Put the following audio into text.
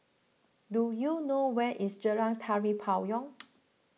do you know where is Jalan Tari Payong